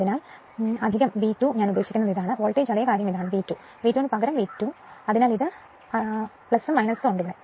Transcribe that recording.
അതിനാൽ V2 ഞാൻ ഉദ്ദേശിക്കുന്നത് ഇതാണ് വോൾട്ടേജ് അതേ കാര്യം ഇതാണ് V 2 V2 പകരം V2 അതിനാൽ ഇത് ആണ്